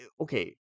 Okay